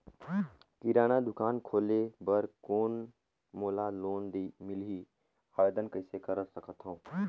किराना दुकान खोले बर कौन मोला लोन मिलही? आवेदन कइसे कर सकथव?